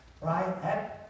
Right